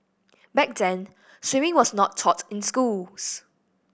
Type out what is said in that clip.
back then swimming was not taught in schools